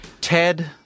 Ted